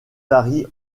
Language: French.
varie